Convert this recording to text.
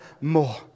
more